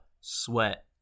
sweat